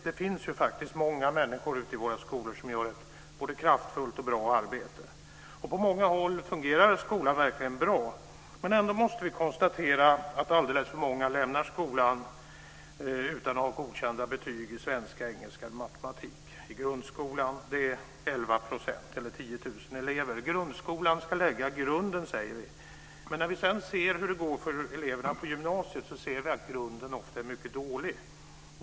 Det finns faktiskt många människor ute i våra skolor som gör ett både kraftfullt och bra arbete, och på många håll fungerar skolan verkligen bra. Men ändå måste vi konstatera att alldeles för många lämnar grundskolan utan att ha godkända betyg i svenska, engelska eller matematik. Det är 11 %, eller Grundskolan ska lägga grunden, säger vi, men när vi sedan ser hur det går för eleverna på gymnasiet inser vi att grunden ofta är mycket dålig.